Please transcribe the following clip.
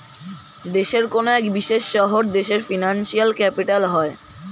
দেশের কোনো এক বিশেষ শহর দেশের ফিনান্সিয়াল ক্যাপিটাল হয়